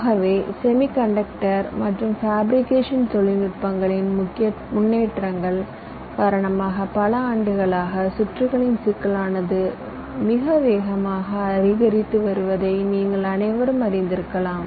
ஆகவே செமிகண்டக்டர் மற்றும் ஃபேபிரிகேஷன் தொழில்நுட்பங்களின் முன்னேற்றங்கள் காரணமாக பல ஆண்டுகளாக சுற்றுகளின் சிக்கலானது மிக வேகமாக அதிகரித்து வருவதை நீங்கள் அனைவரும் அறிந்திருக்கலாம்